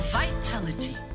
vitality